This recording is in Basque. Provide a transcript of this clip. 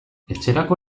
etxerako